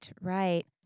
right